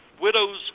widows